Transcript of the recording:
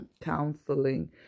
counseling